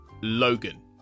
Logan